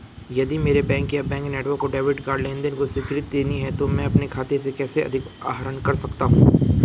यदि मेरे बैंक या बैंक नेटवर्क को डेबिट कार्ड लेनदेन को स्वीकृति देनी है तो मैं अपने खाते से कैसे अधिक आहरण कर सकता हूँ?